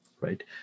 right